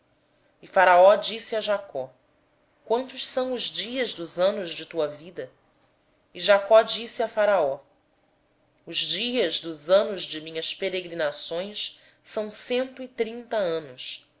então perguntou faraó a jacó quantos são os dias dos anos da tua vida respondeu-lhe jacó os dias dos anos das minhas peregrinações são cento e trinta anos